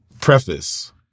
preface